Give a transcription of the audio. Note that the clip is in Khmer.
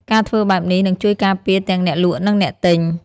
ការធ្វើបែបនេះនឹងជួយការពារទាំងអ្នកលក់និងអ្នកទិញ។